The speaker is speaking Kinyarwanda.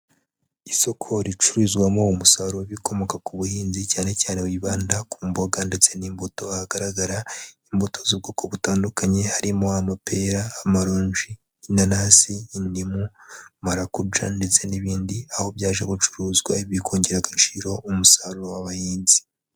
Isoko ricururizwamo umusaruro w'ibikomoka ku buhinzi cyane cyane wibanda ku mboga ndetse n'imbuto ahagaragara imbuto z'ubwoko butandukanye harimo amapera, amaronji, inanasi, indimu, marakuja ndetse n'ibindi, aho byaje gucuruzwa bikongera agaciro umusaruro w'abahinzi.